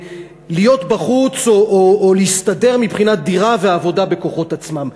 להיות בחוץ או להסתדר מבחינת דירה ועבודה בכוחות עצמם.